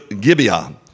Gibeah